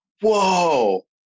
whoa